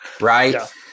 Right